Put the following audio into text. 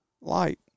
light